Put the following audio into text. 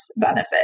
benefit